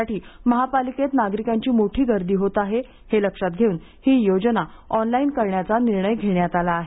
ाठी महापालिकेत नागरिकांची मोठी गर्दी होत आहे हे लक्षात घेऊन ही योजना ऑनलाइन करण्याचा निर्णय घेण्यात आला आहे